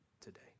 today